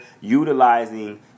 utilizing